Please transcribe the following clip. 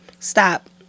Stop